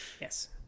yes